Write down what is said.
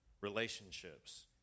relationships